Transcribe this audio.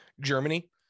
Germany